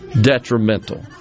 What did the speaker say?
detrimental